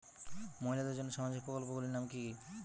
মহিলাদের জন্য সামাজিক প্রকল্প গুলির নাম কি কি?